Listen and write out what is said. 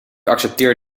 accepteer